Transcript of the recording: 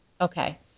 Okay